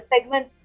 segment